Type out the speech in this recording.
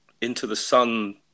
into-the-sun